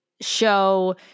show